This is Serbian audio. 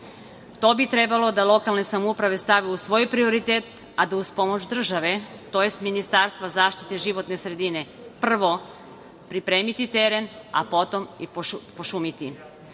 To bi trebale lokalne samouprave da stave u svoj prioritet, a da uz pomoć države tj. Ministarstva za zaštitu životne sredine, prvo, pripreme teren, a potom i pošumiti. Ovaj